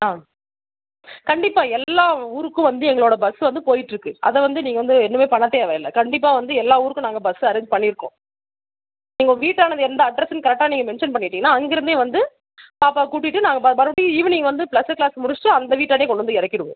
ஆ கண்டிப்பாக எல்லா ஊருக்கும் வந்து எங்களோட பஸ் வந்து போய்கிட்ருக்கு அதை வந்து நீங்கள் வந்து ஒன்றுமே பண்ண தேவை இல்லை கண்டிப்பாக வந்து எல்லா ஊருக்கும் நாங்கள் பஸ் அரேஞ்ச் பண்ணியிருக்கோம் நீங்கள் வீட்டானது எந்த அட்ரெஸ்ஸுன்னு கரெக்டாக நீங்கள் மென்ஷன் பண்ணிவிட்டிங்னா அங்கிருந்தே வந்து பாப்பாவை கூட்டிகிட்டு நாங்கள் ப மறுபடியும் ஈவினிங் வந்து கிளாஸ் முடிச்சிட்டு அந்த வீட்டாண்டே கொண்டு வந்து இறக்கிடுவோம்